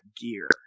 gear